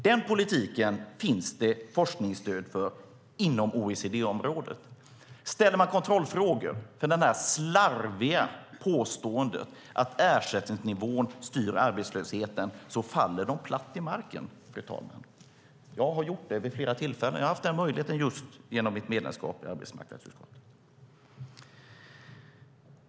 Den politiken finns det forskningsstöd för inom OECD-området. Ställer man kontrollfrågor om det där slarviga påståendet att ersättningsnivån styr arbetslösheten faller det platt till marken, fru talman. Jag har gjort det vid flera tillfällen. Jag har haft den möjligheten just som ledamot i arbetsmarknadsutskottet.